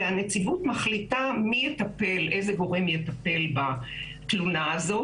והנציבות מחליטה איזה גורם יטפל בתלונה הזאת: